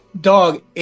Dog